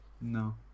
no